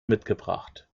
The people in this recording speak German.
mitgebracht